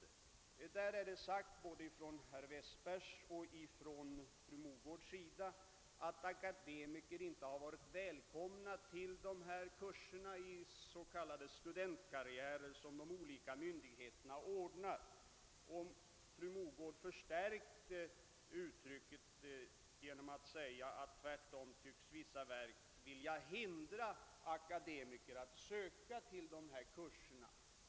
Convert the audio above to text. Både herr Westberg i Ljusdal och fru Mogård har förklarat att akademikerna inte har varit välkomna till de kurser i s.k. studentkarriärer som myndigheterna anordnat, och fru Mogård förstärkte uttrycket genom att säga att vissa verk tvärtom tycks vilja hindra akademiker från att delta i dessa kurser.